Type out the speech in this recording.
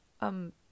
Um